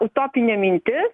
utopinė mintis